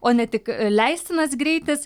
o ne tik leistinas greitis